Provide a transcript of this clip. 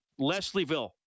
leslieville